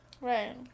Right